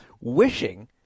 wishing